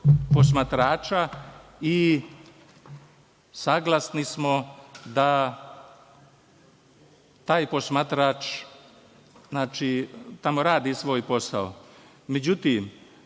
posmatrača i saglasni smo da taj posmatrač tamo radi svoj posao. Međutim,